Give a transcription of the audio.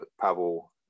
Pavel